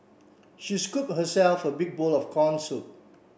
she scoop herself a big bowl of corn soup